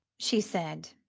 she said,